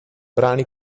brani